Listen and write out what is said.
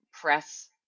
press